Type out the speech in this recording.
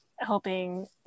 helping